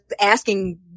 asking